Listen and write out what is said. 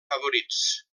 favorits